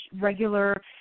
regular